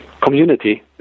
community